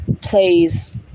plays